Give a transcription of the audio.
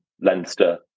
Leinster